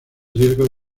riesgo